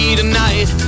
tonight